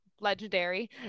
Legendary